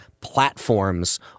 platforms